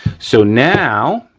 so now,